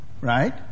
right